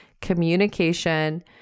communication